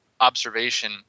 observation